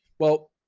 well,